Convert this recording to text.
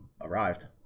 arrived